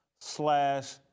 slash